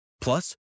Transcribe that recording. Plus